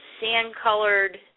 sand-colored